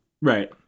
Right